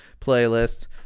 playlist